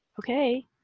okay